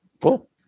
Cool